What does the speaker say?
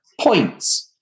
Points